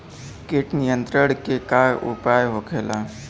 कीट नियंत्रण के का उपाय होखेला?